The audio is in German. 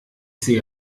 sehe